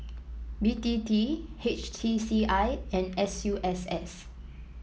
B T T H T C I and S U S S